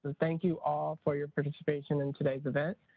thank you all for your participation in today's event.